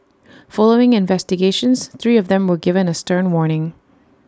following investigations three of them were given A stern warning